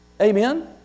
Amen